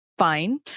fine